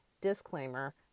disclaimer